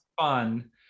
fun